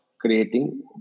creating